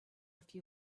few